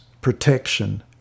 protection